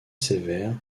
sévère